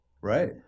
Right